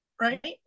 right